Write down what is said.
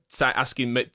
asking